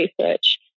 research